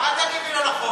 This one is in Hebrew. אל תגיד לי לא נכון.